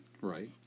Right